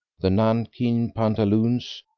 the nankeen pantaloons,